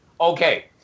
Okay